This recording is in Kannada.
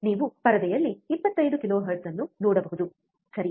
ನೀವು ಪರದೆಯಲ್ಲಿ 25 ಕಿಲೋಹೆರ್ಟ್ಜ್ ಅನ್ನು ನೋಡಬಹುದು ಸರಿ